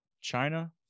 china